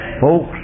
Folks